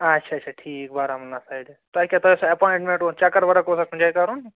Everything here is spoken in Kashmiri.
آچھا اَچھا ٹھیٖک بارہمولہ سایِڈٕ تۄہہِ کیٛاہ تۄہہِ ٲسوٕ اٮ۪پاینٛٹمٮ۪نٛٹ اورٕ چَکر ورک اوسا کُنہِ جایہِ کَرُن